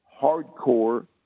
hardcore